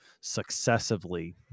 successively